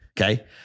okay